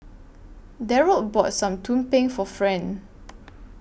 Darold bought Some Tumpeng For Friend